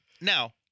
Now